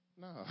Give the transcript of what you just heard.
No